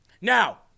Now